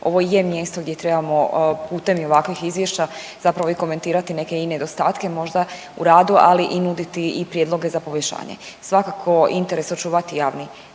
ovo i je mjesto gdje trebamo putem i ovakvih izvješća zapravo i komentirati neke i nedostatke možda u radu, ali i nuditi i prijedloge za poboljšanje. Svakako je interes očuvati javni